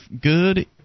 Good